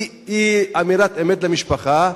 אי-אמירת אמת למשפחה,